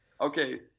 Okay